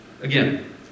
again